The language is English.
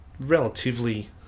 relatively